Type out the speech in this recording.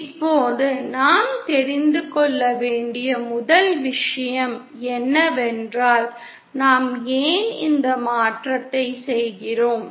இப்போது நாம் தெரிந்து கொள்ள வேண்டிய முதல் விஷயம் என்னவென்றால் நாம் ஏன் இந்த மாற்றத்தை செய்கிறோம்